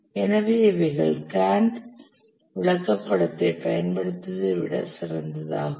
எனவே இவைகள் கேன்ட் விளக்கப்படத்தைப் பயன்படுத்துவதை விட சிறந்ததாகும்